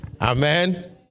Amen